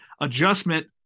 adjustment